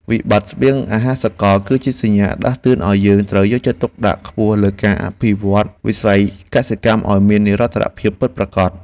វិបត្តិស្បៀងអាហារសកល គឺជាសញ្ញាដាស់តឿនឱ្យយើងត្រូវយកចិត្តទុកដាក់ខ្ពស់លើការអភិវឌ្ឍវិស័យកសិកម្មឱ្យមាននិរន្តរភាពពិតប្រាកដ។